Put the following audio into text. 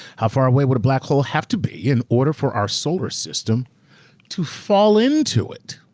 how far away would a black hole have to be in order for our solar system to fall into it?